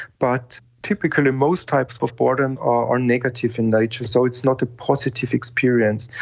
but typically most types of boredom are negative in nature, so it's not a positive experience.